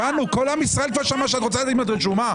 כל עם ישראל כבר שמע שאת רוצה לדעת אם את רשומה.